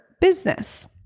business